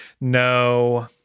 no